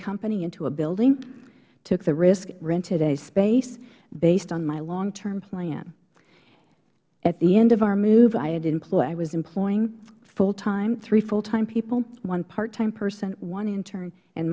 company into a building took the risk rented a space based on my long term plan at the end of our move i was employing three full time people one part time person one intern and